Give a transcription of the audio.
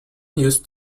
used